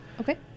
Okay